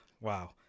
wow